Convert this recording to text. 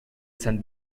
sant